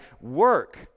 work